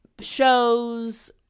shows